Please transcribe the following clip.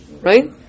right